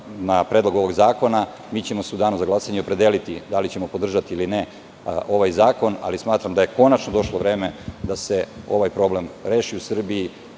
na predlog ovog zakona. Mi ćemo se u danu za glasanje opredeliti da li ćemo podržati ili ne ovaj zakon, ali smatram da je konačno došlo vreme da se ovaj problem reši u Srbiji.